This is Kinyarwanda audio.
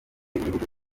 ibihugu